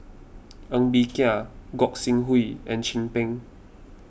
Ng Bee Kia Gog Sing Hooi and Chin Peng